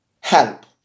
help